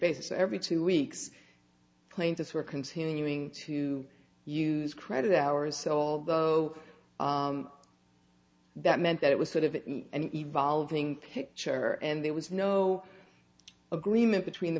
basis every two weeks plaintiffs were continuing to use credit hours so although that meant that it was sort of an evolving picture and there was no agreement between the